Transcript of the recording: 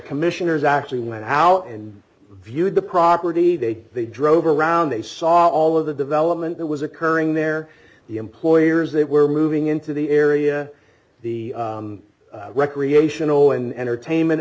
commissioners actually went out and viewed the property they they drove around they saw all of the development that was occurring there the employers they were moving into the area the recreational and entertainment